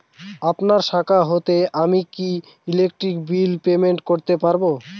আপনার শাখা হইতে আমি কি ইলেকট্রিক বিল পেমেন্ট করতে পারব?